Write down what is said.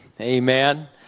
Amen